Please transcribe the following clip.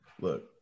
Look